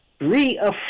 reaffirm